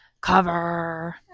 cover